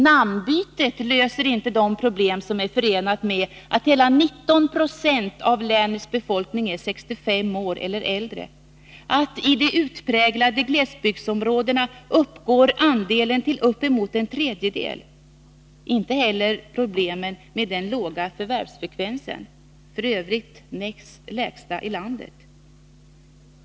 Namnbytet löser inte de problem som är förenade med att hela 19 26 av länets befolkning är 65 år eller äldre, att andelen i de utpräglade glesbygdsområdena uppgår till uppemot en tredjedel. Inte heller löser man problemen med den låga förvärvsfrekvensen —f. ö. den näst lägsta i landet.